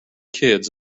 kids